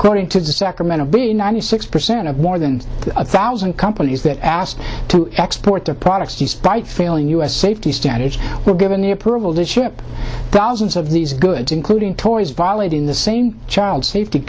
according to the sacramento bee ninety six percent of more than a thousand companies that asked to export their products by failing u s safety standards were given the approval to ship thousands of these goods including toys violating the same child safety